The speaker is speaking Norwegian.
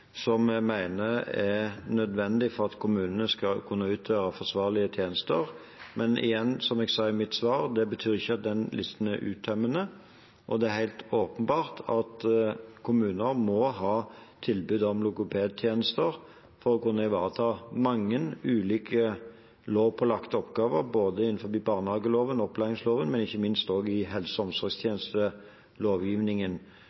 som jeg mener er nødvendig for at kommunene skal kunne utøve forsvarlige tjenester. Men igjen, som jeg sa i mitt svar, det betyr ikke at den listen er uttømmende, og det er helt åpenbart at kommuner må ha tilbud om logopedtjenester for å kunne ivareta mange ulike lovpålagte oppgaver, både innenfor barnehageloven og opplæringsloven, og ikke minst også innenfor helse- og